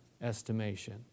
estimation